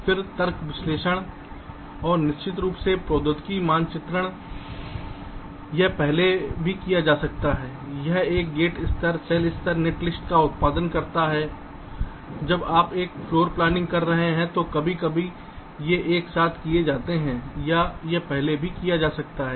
फिर तर्क संश्लेषण और निश्चित रूप से प्रौद्योगिकी मानचित्रण यह पहले भी किया जा सकता है यह एक गेट स्तर सेल स्तर नेटलिस्ट का उत्पादन करता है जब आप एक फ्लोरप्लानिंग कर रहे होते हैं तो कभी कभी ये एक साथ किए जाते हैं या यह पहले भी किया जा सकता है